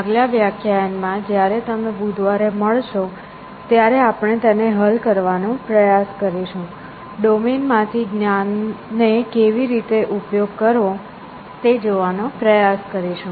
આગલા વ્યાખ્યાયનમાં જ્યારે તમે બુધવારે મળશો ત્યારે આપણે તેને હલ કરવાનો પ્રયાસ કરીશું ડોમેન માંથી જ્ઞાન નો કેવી રીતે ઉપયોગ કરવો તે જોવાનો પ્રયાસ કરીશું